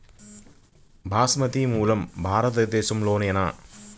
బాస్మతి మూలం భారతదేశంలోనా?